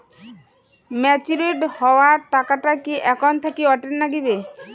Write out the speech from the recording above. Matured হওয়া টাকাটা কি একাউন্ট থাকি অটের নাগিবে?